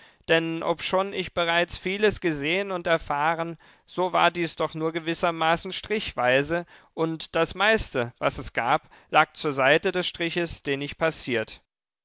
denn obschon ich bereits vieles gesehen und erfahren so war dies doch nur gewissermaßen strichweise und das meiste was es gab lag zur seite des striches den ich passiert